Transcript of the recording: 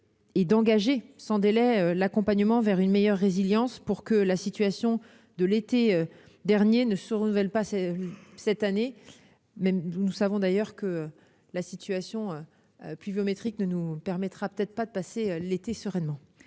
d'engager sans délai l'accompagnement vers une meilleure résilience pour que la situation que nous avons connue l'été dernier ne se renouvelle pas cette année. Nous savons en effet que la situation pluviométrique ne nous permettra peut-être pas de passer la saison